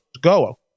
go